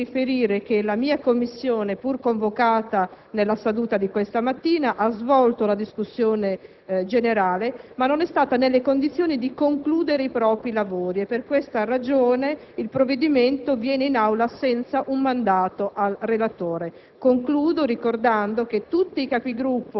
sul disegno di legge. Devo quindi riferire che l'8a Commissione, pur convocata questa mattina, ha svolto la discussione generale, ma non si è trovata nelle condizioni di concludere i propri lavori. Per tale ragione, il provvedimento giunge in Aula senza un mandato al relatore.